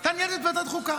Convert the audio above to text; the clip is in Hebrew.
אתה ניהלת את ועדת חוקה.